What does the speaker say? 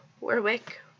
Warwick